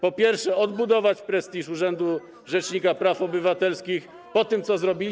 po pierwsze, odbudować prestiż urzędu rzecznika praw obywatelskich po tym, co zrobiliście.